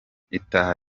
itaha